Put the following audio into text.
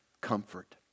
comfort